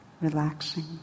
relaxing